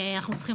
אנחנו צריכים